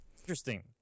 Interesting